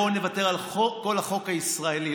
ובואו נוותר על כל החוק הישראלי.